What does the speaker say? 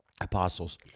apostles